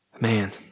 man